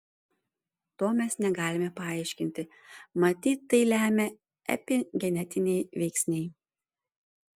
to mes negalime paaiškinti matyt tai lemia epigenetiniai veiksniai